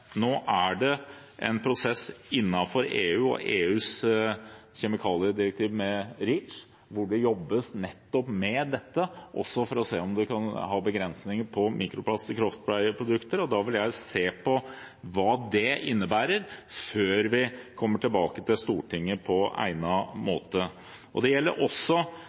prosess innenfor EU og EUs kjemikaliedirektiv REACH, hvor det jobbes nettopp med dette også for å se om man kan ha begrensninger på mikroplast i kroppspleieprodukter, og da vil jeg se på hva det innebærer før vi kommer tilbake til Stortinget på egnet måte. Det gjelder også